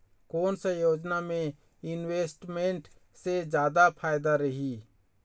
कोन सा योजना मे इन्वेस्टमेंट से जादा फायदा रही?